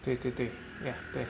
对对对 ya 对